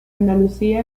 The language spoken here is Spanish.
andalucía